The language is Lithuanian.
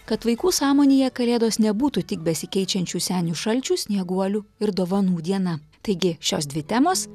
kad vaikų sąmonėje kalėdos nebūtų tik besikeičiančių senių šalčių snieguolių ir dovanų diena taigi šios dvi temos